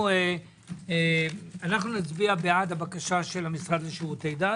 אנו נצביע בעד בקשת המשרד לשירותי דת